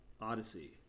Odyssey